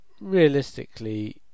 realistically